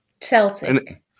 Celtic